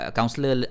Counselor